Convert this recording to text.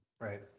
Right